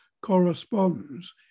corresponds